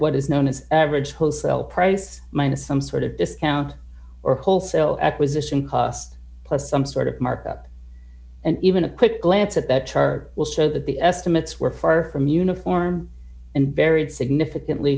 what is known as average wholesale price minus some sort of discount or wholesale acquisition cost plus some sort of markup and even a quick glance at that chart will show that the estimates were far from uniform and varied significantly